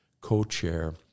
co-chair